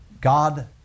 God